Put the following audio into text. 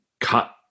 cut